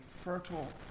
fertile